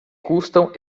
custam